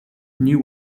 new